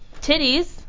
titties